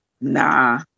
nah